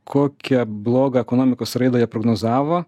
kokią blogą ekonomikos raidą jie neprognozavo